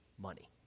money